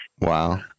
Wow